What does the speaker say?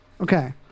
Okay